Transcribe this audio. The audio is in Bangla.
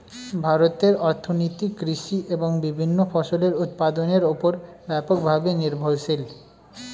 ভারতের অর্থনীতি কৃষি এবং বিভিন্ন ফসলের উৎপাদনের উপর ব্যাপকভাবে নির্ভরশীল